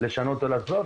לשנות או לעשות',